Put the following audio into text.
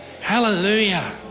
Hallelujah